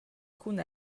cun